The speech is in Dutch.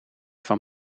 van